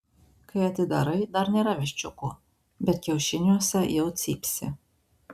kai atidarai dar nėra viščiukų bet kiaušiniuose jau cypsi